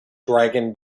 dragon